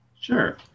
Sure